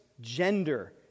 gender